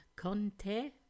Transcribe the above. Conte